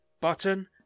Button